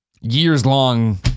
years-long